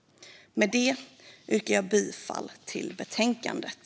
Med det yrkar jag bifall till förslaget i betänkandet.